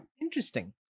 Interesting